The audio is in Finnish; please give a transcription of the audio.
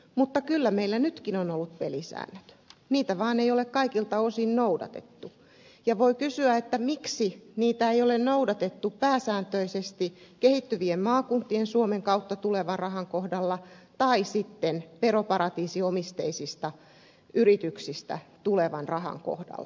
mutta kyllä meillä nytkin on ollut pelisäännöt niitä vain ei ole kaikilta osin noudatettu ja voi kysyä miksi niitä ei ole noudatettu pääsääntöisesti kehittyvien maakuntien suomen kautta tulevan rahan kohdalla tai sitten veroparatiisiomisteisista yrityksistä tulevan rahan kohdalla